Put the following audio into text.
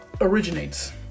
originates